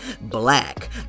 black